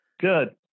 Good